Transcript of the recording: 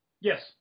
Yes